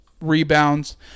rebounds